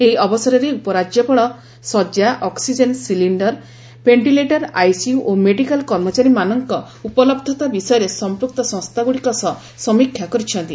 ଏହି ଅବସରରେ ଉପରାଜ୍ୟପାଳ ଶଯ୍ୟା ଅକ୍ଟିଜେନ ସିଲିଣ୍ଡର ଭେଣ୍ଟିଲେଟର ଆଇସିୟ ଓ ମେଡିକାଲ କର୍ମଚାରୀମାନଙ୍କ ଉପଲହ୍ଧତା ବିଷୟରେ ସମ୍ପୁକ୍ତ ସଂସ୍ଥାଗୁଡିକ ସହ ସମୀକ୍ଷା କରିଛନ୍ତି